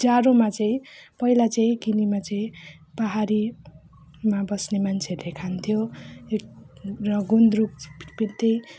जाडोमा चाहिँ पहिला चाहिँ किनेमा चाहिँ पाहाडीमा बस्ने मान्छेहरूले खान्थ्यो र गुन्द्रुक त्यही